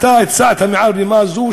אתה הצעת מעל בימה זו,